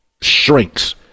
shrinks